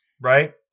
Right